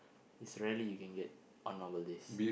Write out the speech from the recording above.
is rarely you can get on normal days